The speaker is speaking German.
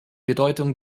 bedeutung